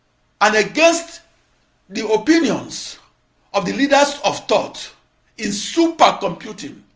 and against the opinions of the leaders of thought in supercomputing,